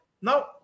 Now